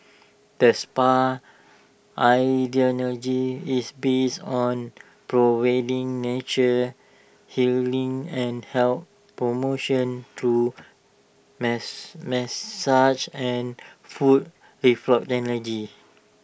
the spa's ideology is based on providing natural healing and health promotion through massage and foot reflexology